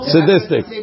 Sadistic